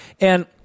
And-